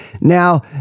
Now